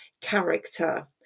character